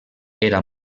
era